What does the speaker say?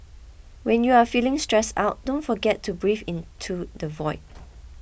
when you are feeling stressed out don't forget to breathe into the void